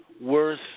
worse